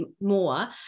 more